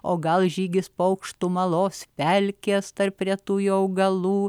o gal žygis paukštumalos pelkės tarp retųjų augalų